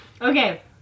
Okay